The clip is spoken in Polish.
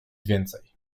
więcej